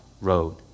road